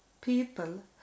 people